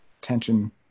tension